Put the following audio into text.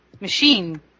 machine